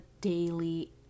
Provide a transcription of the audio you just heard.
daily